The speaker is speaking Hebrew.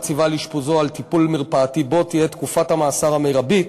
ציווה על אשפוזו או על טיפול מרפאתי בו תהיה תקופת המאסר המרבית